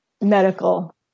medical